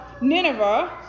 Nineveh